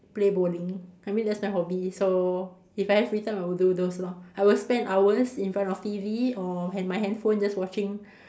play bowling I mean that's my hobby so if I have free time I would do those lor I will spend hours in front of T_V or hand my handphone just watching